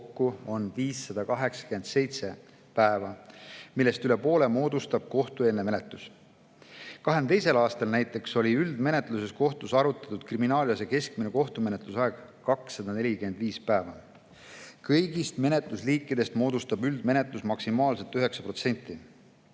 oli 587 päeva, millest üle poole moodustab kohtueelne menetlus. Näiteks 2022. aastal oli kohtus üldmenetluses arutatud kriminaalasja keskmine kohtumenetlusaeg 245 päeva. Kõigist menetlusliikidest moodustab üldmenetlus maksimaalselt 9%.